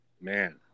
Man